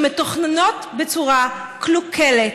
שמתוכננות בצורה קלוקלת,